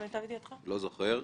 לא זוכר.